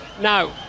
Now